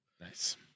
Nice